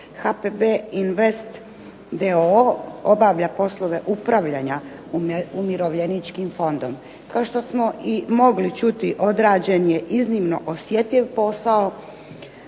HPB Invest d.o.o. obavlja poslove upravljanja Umirovljeničkim fondom. Kao što smo i mogli čuti odrađen je iznimno osjetljiv posao